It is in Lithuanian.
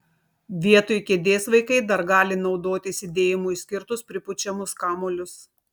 vietoj kėdės vaikai dar gali naudoti sėdėjimui skirtus pripučiamus kamuolius